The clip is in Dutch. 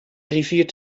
rivier